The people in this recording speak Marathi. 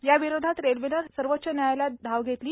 याविरोधात रेल्वेनं सर्वोच्च न्यायालयात धाव घेतली